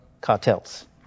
cartels